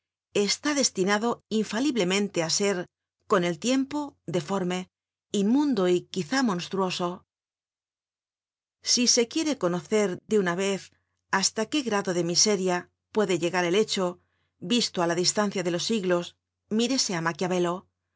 está destinado infaliblemente áser con el tiempo deforme inmundo y quizá monstruoso si se quiere conocer de una vez hasta qué grado de miseria puede llegar el hecho visto á la distancia de los siglos mírese á maquiavelo